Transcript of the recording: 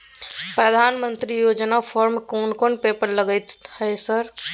प्रधानमंत्री योजना फारम कोन कोन पेपर लगतै है सर?